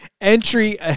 entry